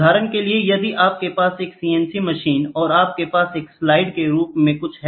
उदाहरण के लिए यदि आपके पास एक CNC मशीन है और आपके पास स्लाइड के रूप में कुछ है